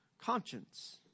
conscience